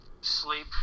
sleep